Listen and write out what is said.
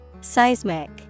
Seismic